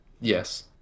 Yes